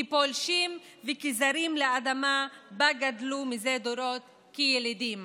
כפולשים וכזרים באדמה שבה גדלו מזה דורות כילידים.